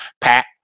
Pat